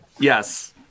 yes